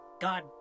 God